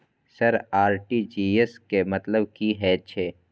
Sir RTGS के मतलब की हे छे?